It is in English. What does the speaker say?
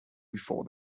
before